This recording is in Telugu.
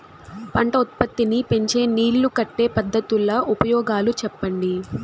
పంట ఉత్పత్తి నీ పెంచే నీళ్లు కట్టే పద్ధతుల ఉపయోగాలు చెప్పండి?